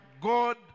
God